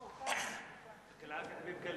הוא כאן.